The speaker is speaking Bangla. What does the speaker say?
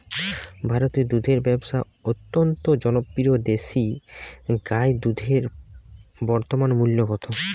ভারতে দুধের ব্যাবসা অত্যন্ত জনপ্রিয় দেশি গাই দুধের বর্তমান মূল্য কত?